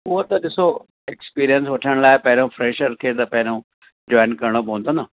उहो त ॾिसो एक्सपीरियंस वठण लाइ पहिरियों फ्रैशर खे त पहिरियों जॉयन करिणो पवंदो न